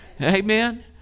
Amen